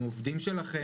הם עובדים שלכם?